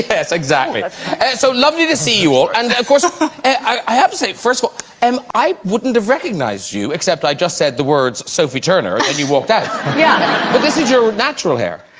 yes, exactly so lovely to see you all and of course ah i have to say first of all and i wouldn't have recognized you except i just said the words sophie turner and ewok that yeah but this is your natural hair.